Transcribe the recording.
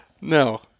no